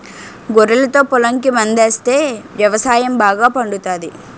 గొర్రెలతో పొలంకి మందాస్తే వ్యవసాయం బాగా పండుతాది